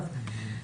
טוב.